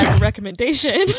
Recommendation